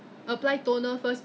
crazy